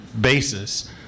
basis